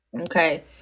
Okay